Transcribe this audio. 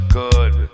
good